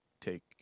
take